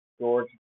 George